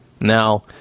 Now